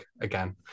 again